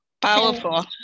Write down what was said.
Powerful